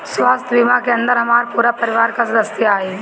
स्वास्थ्य बीमा के अंदर हमार पूरा परिवार का सदस्य आई?